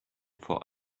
for